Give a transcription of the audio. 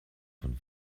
von